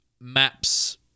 Maps